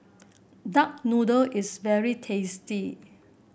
Duck Noodle is very tasty